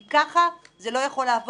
כי כך זה לא יכול לעבור.